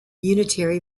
unitary